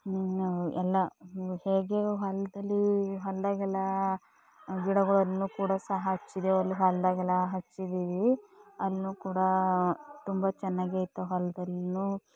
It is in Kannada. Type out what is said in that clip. ಎಲ್ಲ ಹೇಗೆ ಹೊಲದಲ್ಲಿ ಹೊಲದಾಗೆಲ್ಲ ಗಿಡಗಳನ್ನು ಕೂಡ ಸಹ ಹಚ್ಚಿದ್ದೆವು ಅಲ್ಲಿ ಹೊಲದಾಗೆಲ್ಲ ಹಚ್ಚಿದ್ದೀವಿ ಅಲ್ಲುನೂ ಕೂಡ ತುಂಬ ಚೆನ್ನಾಗೈತೆ ಹೊಲದಲ್ಲೂನು